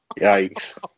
Yikes